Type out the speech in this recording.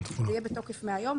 זה יהיה בתוקף מהיום,